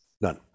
None